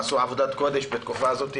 עשו עבודת קודש בתקופה הזאת.